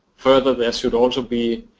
further, there should also be